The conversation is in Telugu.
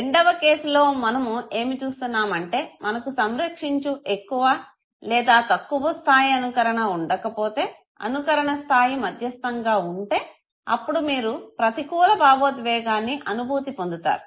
రెండవ కేసులో మనము ఏమి చూస్తున్నామంటే మనకు సంరక్షించు ఎక్కువ లేదా తక్కువ స్థాయి అనుకరణ ఉండకపోతే అనుకరణ స్థాయి మధ్యస్థంగా ఉంటే అప్పుడు మీరు ప్రతికూల భావోద్వేగాన్ని అనుభూతి పొందుతారు